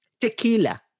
tequila